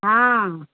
हँ